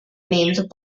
named